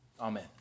Amen